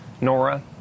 Nora